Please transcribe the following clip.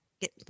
get